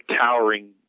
towering